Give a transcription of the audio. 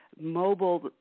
mobile